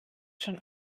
schon